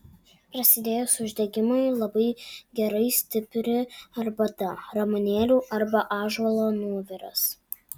prasidėjus uždegimui labai gerai stipri arbata ramunėlių arba ąžuolo nuoviras